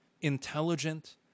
intelligent